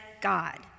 God